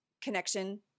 connection